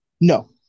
No